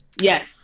Yes